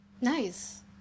Nice